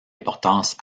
importance